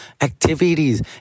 activities